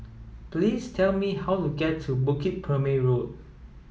please tell me how to get to Bukit Purmei Road